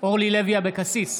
אורלי לוי אבקסיס,